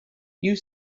you